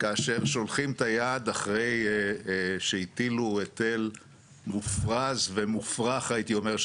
כאשר שולחים את היד אחרי שהטילו היטל מופרז ומופרך הייתי אומר,